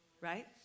right